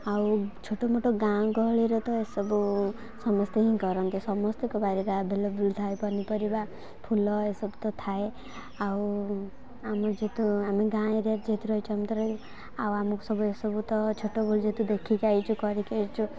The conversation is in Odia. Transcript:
ଆଉ ଛୋଟ ମୋଟ ଗାଁ ଗହଳିରେ ତ ଏସବୁ ସମସ୍ତେ ହିଁ କରନ୍ତି ସମସ୍ତଙ୍କ ବାଡ଼ିରେ ଆଭେଲେବଲ୍ ଥାଏ ପନିପରିବା ଫୁଲ ଏସବୁ ତ ଥାଏ ଆଉ ଆମର ଯେହେତୁ ଆମେ ଗାଁ ଏରିଆରେ ଯେହେତୁ ରହିଛୁ ଆମ ତ ରୁ ଆଉ ଆମକୁ ସବୁ ଏସବୁ ତ ଛୋଟବେଳେ ଯେହେତୁ ଦେଖିକି ଆସିଛୁ କରିକି ଆସିଛୁ